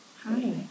Hi